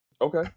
Okay